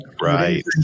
Right